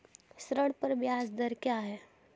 ऋण पर ब्याज दर क्या है?